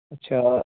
اَچھا